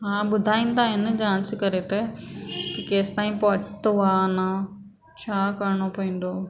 हा ॿुधाईंदा आहिनि जांच करे त केसीं ताईं पहुतो आहे अञा छा करिणो पवंदो